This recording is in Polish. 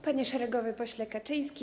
Panie Szeregowy Pośle Kaczyński!